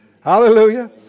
Hallelujah